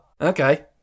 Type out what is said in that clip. okay